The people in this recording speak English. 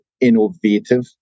innovative